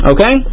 Okay